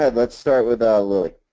and let's start with ah lily.